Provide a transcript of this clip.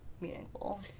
meaningful